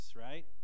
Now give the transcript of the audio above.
right